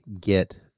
get